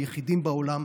היחידים בעולם,